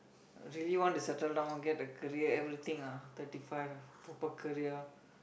really want to settle down get a career everything ah thirty five proper career